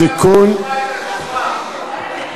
התיקון, אני לא יכול לשמוע את התשובה.